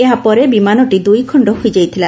ଏହା ପରେ ବିମାନଟି ଦୁଇଖଣ୍ଡ ହୋଇଯାଇଥିଲା